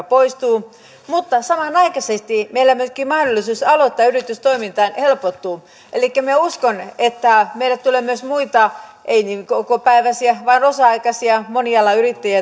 poistuu mutta samanaikaisesti meillä myöskin mahdollisuus aloittaa yritystoiminta helpottuu elikkä minä uskon että meille tulee tähän toimintaan myöskin mukaan muita ei niin kokopäiväisiä vaan osa aikaisia monialayrittäjiä